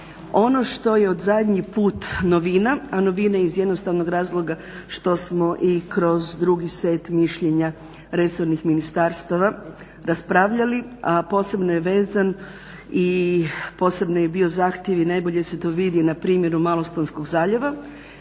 Ono što je od zadnji put novina a novina je iz jednostavnog razloga što smo i kroz drugi set mišljenja resornih ministarstava raspravljali a posebno je vezan i posebno je bio i zahtjev i najbolje se to vidi na primjeru Malostonskog zaljeva.